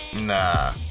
Nah